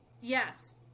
Yes